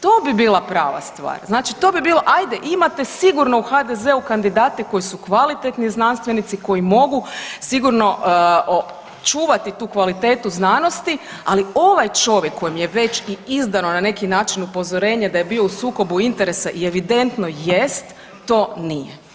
To bi bila prava stvar, znači to bi bilo ajde imate sigurno u HDZ-u kandidate koji su kvalitetni znanstvenici, koji mogu sigurno očuvati tu kvalitetu znanosti, ali ovaj čovjek kojem je već i izdano na neki način upozorenje da je bio u sukobu interesa i evidentno jest to nije.